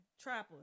trappers